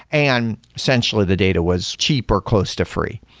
and essentially the data was cheaper, close to free.